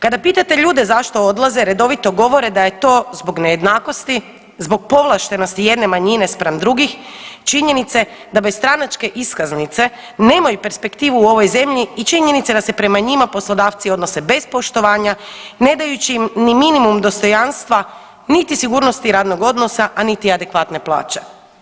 Kada pitate ljude zašto odlaze redovito govore da je to zbog nejednakosti, zbog povlaštenosti jedne manjine spram drugih, činjenica je da bez stranačke iskaznice nemaju perspektivu u ovoj zemlji i činjenice da se prema njima poslodavci odnose bez poštovanja ne dajući im ni minimum dostojanstva, niti sigurnosti radnog odnosa, a niti adekvatne plaće.